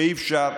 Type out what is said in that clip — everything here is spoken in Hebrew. ממה דואגים?